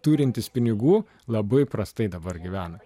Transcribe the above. turintys pinigų labai prastai dabar gyvena